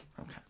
Okay